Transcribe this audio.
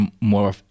more